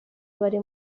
bari